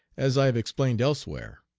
as i have explained elsewhere.